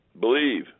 Believe